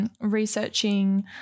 researching